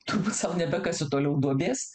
turbūt sau nebekasiu toliau duobės